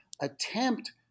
attempt